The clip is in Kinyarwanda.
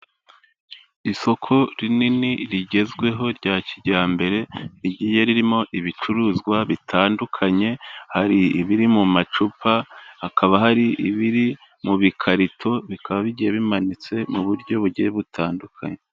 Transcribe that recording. Isoko rinini rigezweho rya kijyambere, rigiye ririmo ibicuruzwa bitandukanye, hari ibiri mu macupa hakaba hari ibiri mu bikarito, bikaba bigiye bimanitse mu buryo bugiye butandukanye.